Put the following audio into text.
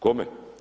Kome?